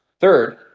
Third